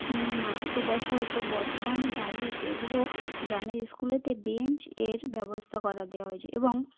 নিয়ে মাটিতে বসা হতো বর্তমানে দাঁড়িয়ে সেগুলো গ্রামের স্কুলেতে বেঞ্চের ব্যবস্থা করা দেওয়া হয়েছে এবং